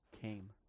came